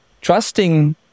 trusting